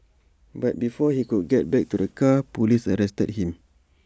but before he could get back to the car Police arrested him